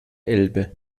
elbe